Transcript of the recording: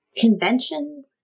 conventions